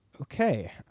Okay